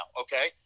okay